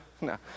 No